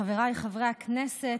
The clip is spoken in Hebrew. חבריי חברי הכנסת,